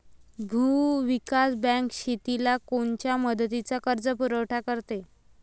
भूविकास बँक शेतीला कोनच्या मुदतीचा कर्जपुरवठा करते?